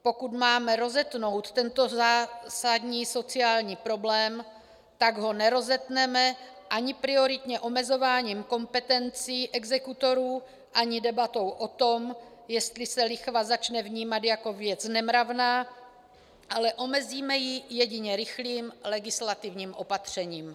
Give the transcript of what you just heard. Pokud máme rozetnout tento zásadní sociální problém, tak ho nerozetneme ani prioritně omezováním kompetencí exekutorů, ani debatou o tom, jestli se lichva začne vnímat jako věc nemravná, ale omezíme ji jedině rychlým legislativním opatřením.